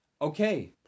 okay